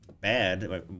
bad